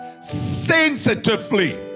sensitively